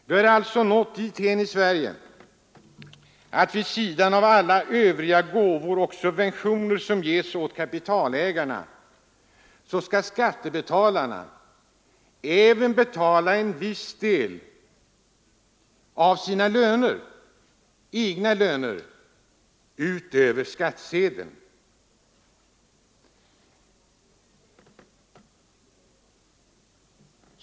Vi har alltså nått dithän i Sverige att vid sidan om alla övriga gåvor och subventioner som ges åt kapitalägarna skall skattebetalarna även betala en viss del av sina egna löner över skattsedeln.